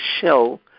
shell